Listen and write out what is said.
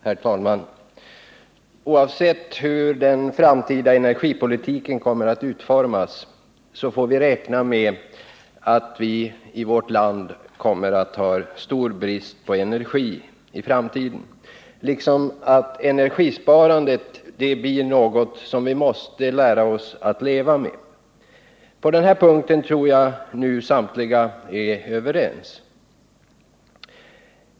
Herr talman! Oavsett hur den framtida energipolitiken kommer att utformas får vi räkna med att vi i vårt land kommer att ha stor brist på energi liksom att energisparandet blir något som vi måste lära oss att leva med. På den punkten tror jag att alla nu är överens.